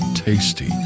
Tasty